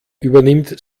übernimmt